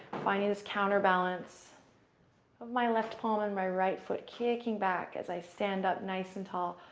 finding this counter-balance of my left palm and my right foot kicking back as i stand up nice and tall.